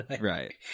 Right